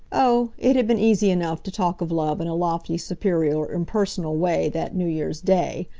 oh, it had been easy enough to talk of love in a lofty, superior impersonal way that new year's day.